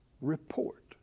Report